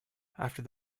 after